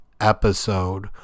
episode